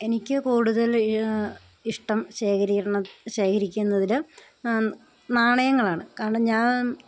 എനിക്ക് കൂടുതൽ ഇഷ്ടം ശേഖരീകരണ ശേഖരിക്കുന്നതിൽ നാണയങ്ങളാണ് കാരണം ഞാൻ